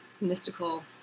mystical